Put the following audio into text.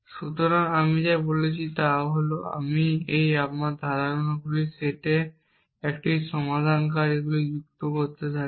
সুতরাং আমি যা বলছি তা হল আমি আমার ধারাগুলির সেটে এই সমাধানকারীগুলিকে যুক্ত করতে থাকি